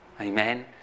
amen